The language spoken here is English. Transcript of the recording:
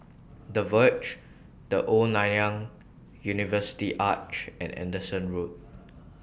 The Verge The Old Nanyang University Arch and Anderson Road